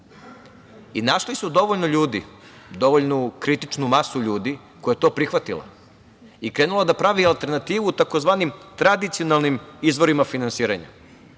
i našli su dovoljno ljudi, dovoljnu kritičnu masu ljudi koja je to prihvatila i krenula da pravi alternativu tzv. tradicionalnim izvorima finansiranja.